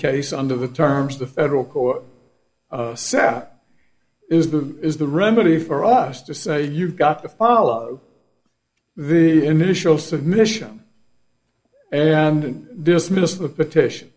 case under the terms of the federal court is the is the remedy for us to say you've got to follow the initial submission and dismiss the petition